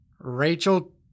Rachel